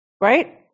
right